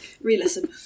re-listen